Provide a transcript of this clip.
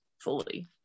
fully